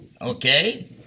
okay